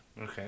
Okay